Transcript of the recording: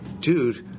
dude